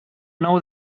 nou